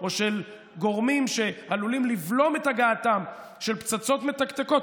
או של גורמים שעלולים לבלום את הגעתן של פצצות מתקתקות,